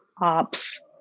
ops